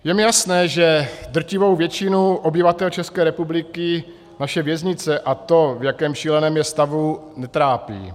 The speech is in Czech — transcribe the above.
Je mi jasné, že drtivou většinu obyvatel České republiky naše věznice a to, v jakém šíleném je stavu, netrápí.